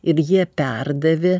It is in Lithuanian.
ir jie perdavė